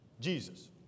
Jesus